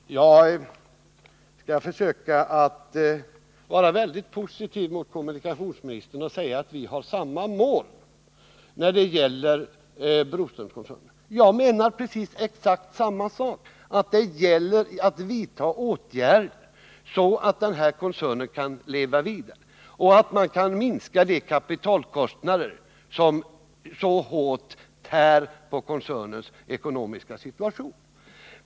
Herr talman! Jag skall försöka att vara mycket positiv mot kommunikationsministern och säga att vi har samma mål när det gäller Broströmskoncernen. Jag menar precis detsamma som kommunikationsministern: att det gäller att vidta åtgärder så att den här koncernen kan leva vidare, att minska de kapitalkostnader som så hårt tär på koncernens ekonomi.